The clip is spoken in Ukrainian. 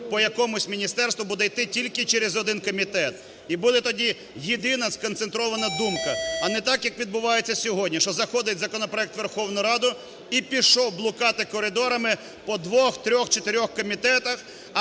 по якомусь міністерству буде йти тільки через один комітет. І буде тоді єдина сконцентрована думка, а не так як відбувається сьогодні, що заходить законопроект у Верховну Раду, і пішов блукати коридорами по двох-чотирьох комітетах.